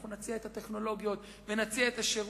אנחנו נציע את הטכנולוגיות ונציע את השירות.